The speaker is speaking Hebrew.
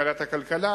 ועדת הכלכלה.